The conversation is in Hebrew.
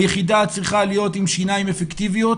היחידה צריכה להיות עם שיניים אפקטיביות